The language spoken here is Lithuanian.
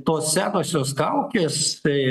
tos senosios kaukės tai